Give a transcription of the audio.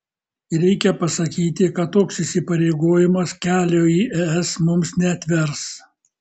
reikia pasakyti kad toks įsipareigojimas kelio į es mums neatvers